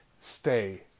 stay